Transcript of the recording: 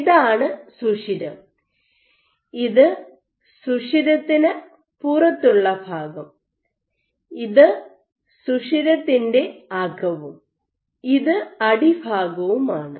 ഇതാണ് സുഷിരം ഇത് സുഷിരത്തിന് പുറത്തുള്ള ഭാഗം ഇത് സുഷിരത്തിൻ്റെ അകവും ഇത് അടിഭാഗവും ആണ്